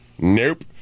Nope